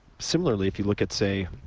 similarly if you look at, say,